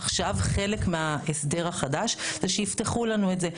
עכשיו חלק מההסדר החדש זה שיפתחו לנו את זה.